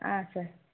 ಆಂ sir